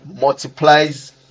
multiplies